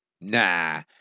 Nah